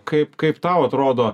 kaip kaip tau atrodo